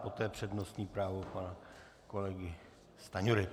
Poté přednostní právo pana kolegy Stanjury.